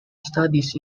studies